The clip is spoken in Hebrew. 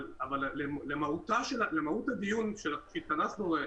אבל למהות הדיון שהתכנסנו,